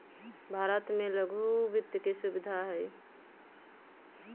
भारत में लघु वित्त के सुविधा हई